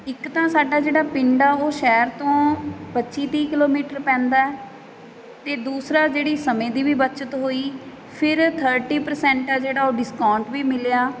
ਇੱਕ ਤਾਂ ਸਾਡਾ ਜਿਹੜਾ ਪਿੰਡ ਆ ਉਹ ਸ਼ਹਿਰ ਤੋਂ ਪੱਚੀ ਤੀਹ ਕਿਲੋਮੀਟਰ ਪੈਂਦਾ ਹੈ ਅਤੇ ਦੂਸਰਾ ਜਿਹੜੀ ਸਮੇਂ ਦੀ ਵੀ ਬੱਚਤ ਹੋਈ ਫਿਰ ਥਰਟੀ ਪਰਸੈਂਟ ਹੈ ਜਿਹੜਾ ਉਹ ਡਿਸਕੋਂਟ ਵੀ ਮਿਲਿਆ